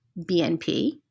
BNP